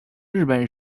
日本